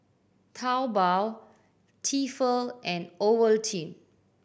Taobao Tefal and Ovaltine